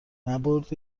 نبرد